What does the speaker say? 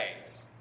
ways